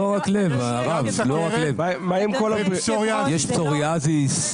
יש פזוריאזיס.